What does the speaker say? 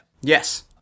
yes